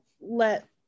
let